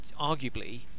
arguably